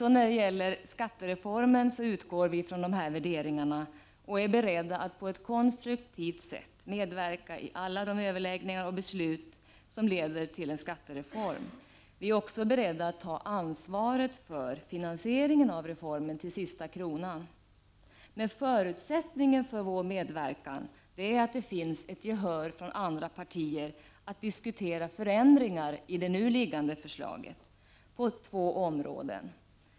Även när det gäller skattereformen utgår vi från dessa värderingar och är beredda att på ett konstruktivt sätt medverka i alla de överläggningar och beslut som leder till en skattereform. Vi är också beredda att ta ansvaret för finansieringen av reformen till sista kronan. Förutsättningen för vår medverkan är att det finns gehör från andra partier för att diskutera förändringar i de nu liggande förslagen på två områden.